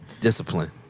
Discipline